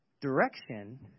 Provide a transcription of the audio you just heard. Direction